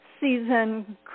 Season